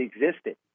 existed